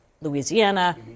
Louisiana